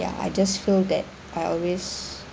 ya I just feel that I always